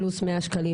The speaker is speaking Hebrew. פלוס 100 שקלים